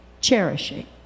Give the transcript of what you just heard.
cherishing